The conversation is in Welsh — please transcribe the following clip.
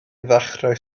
ddechrau